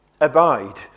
abide